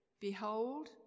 Behold